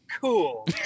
cool